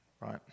right